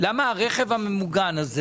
למה הרכב הממוגן הזה